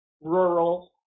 rural